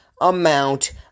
amount